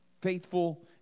faithful